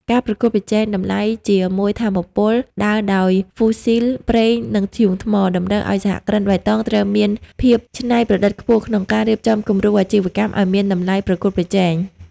ការប្រកួតប្រជែងតម្លៃជាមួយថាមពលដើរដោយហ្វូស៊ីល ប្រេង និងធ្យូងថ្ម តម្រូវឱ្យសហគ្រិនបៃតងត្រូវមានភាពច្នៃប្រឌិតខ្ពស់ក្នុងការរៀបចំគំរូអាជីវកម្មឱ្យមានតម្លៃប្រកួតប្រជែង។